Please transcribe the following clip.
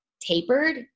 tapered